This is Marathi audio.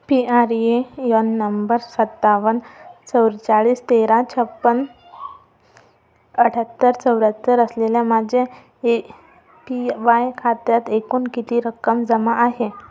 P R A N number सत्तावन्न चव्वेचाळीस तेरा छप्पन्न अठ्याहत्तर चौऱ्याहत्तर असलेल्या माझे ए पी वाय खात्यात एकूण किती रक्कम जमा आहे